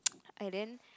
and then